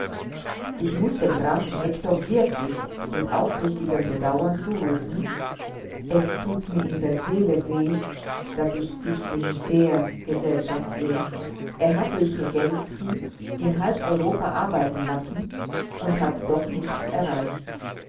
ich muß dem grafen hektor wirklich mit aufrichtigem bedauern zurufen es tut mir in der seele weh daß ich dich in der gesellschaft seh er hat durch hechelski in halb europa arbeiten lassen und hat doch nichts erreicht